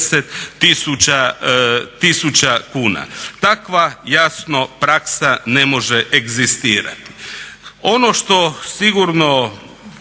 tisuća kuna. Takva jasno praksa ne može egzistirati.